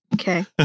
Okay